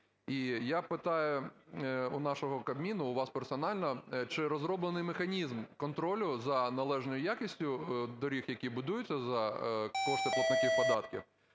я питаю у нашого Кабміну, у вас персонально: чи розроблений механізм контролю за належною якістю доріг, які будуються за кошти платників податків?